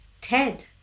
Ted